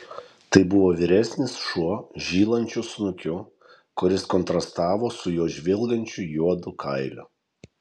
tai buvo vyresnis šuo žylančiu snukiu kuris kontrastavo su jo žvilgančiu juodu kailiu